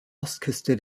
ostküste